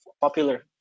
popular